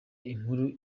inkuru